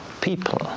people